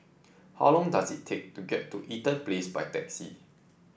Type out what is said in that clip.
how long does it take to get to Eaton Place by taxi